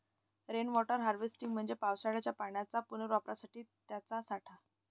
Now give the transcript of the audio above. rain water harvesting म्हणजे पावसाच्या पाण्याच्या पुनर्वापरासाठी त्याचा साठा